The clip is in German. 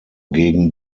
gegen